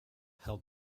held